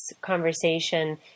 conversation